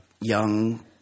young